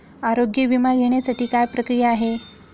आरोग्य विमा घेण्यासाठी काय प्रक्रिया आहे?